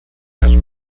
has